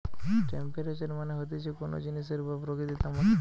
temperature মানে হতিছে কোন জিনিসের বা প্রকৃতির তাপমাত্রা